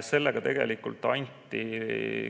Sellega tegelikult anti